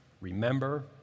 Remember